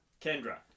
Kendra